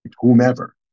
whomever